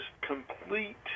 complete